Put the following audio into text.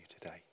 today